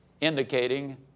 indicating